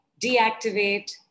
Deactivate